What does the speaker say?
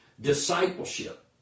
Discipleship